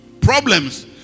problems